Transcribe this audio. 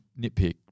nitpick